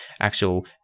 actual